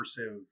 immersive